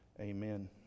amen